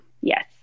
Yes